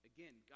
Again